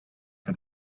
for